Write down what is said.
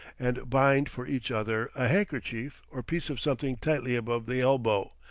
and bind for each other a handkerchief or piece of something tightly above the elbow,